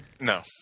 No